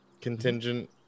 contingent